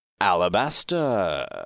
Alabaster